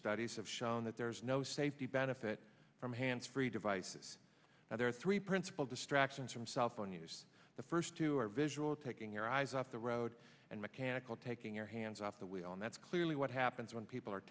studies have shown that there's no safety benefit from hands free devices now there are three principal distractions from cellphone use the first two are visual taking your eyes off the road and mechanical taking your hands off the wheel and that's clearly what happens when people are